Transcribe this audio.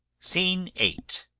scene eight.